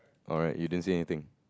alright you didn't see anything